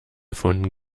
von